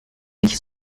nicht